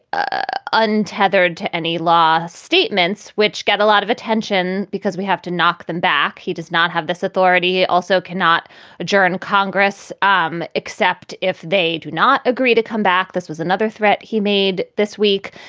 ah untethered to any law statements which get a lot of attention because we have to knock them back. he does not have this authority, also cannot adjourn congress, um except if they do not agree to come back. this was another threat he made. this week,